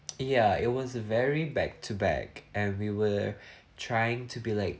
ya it was a very back to back and we were trying to be like